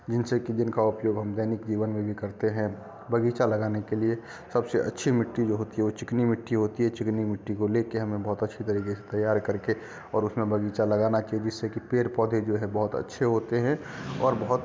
जिनसे के जिनका उपयोग हम दैनिक जीवन में भी करते हैं बगीचा लगाने के लिए सबसे अच्छी मिट्टी भी होती है वह चिकनी मिट्टी होती है चिकनी मिट्टी को लेकर हमें बहुत अच्छी तरीके से तैयार करके और उसमें बगीचा लगाना की जिससे कि पेड़ पौधे जो हैं बहुत अच्छे होते हैं और बहुत